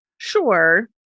Sure